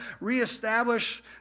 reestablish